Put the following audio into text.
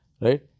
right